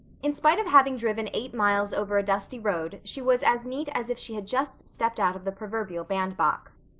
in spite of having driven eight miles over a dusty road she was as neat as if she had just stepped out of the proverbial bandbox.